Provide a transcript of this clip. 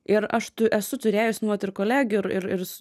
ir aš esu turėjus nu vat ir kolegių ir ir